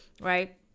right